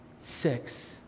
Six